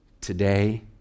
today